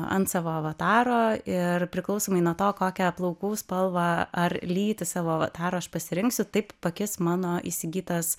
ant savo avataro ir priklausomai nuo to kokią plaukų spalvą ar lytį savo dar ąš pasirinksiu taip pakis mano įsigytas